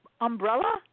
umbrella